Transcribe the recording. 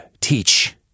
teach